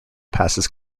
passes